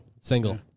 single